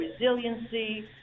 resiliency